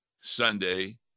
Sunday